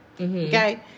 Okay